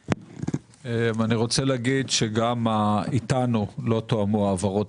אני רוצה להגיד שגם איתנו לא תואמו ההעברות